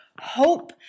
Hope